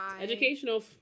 Educational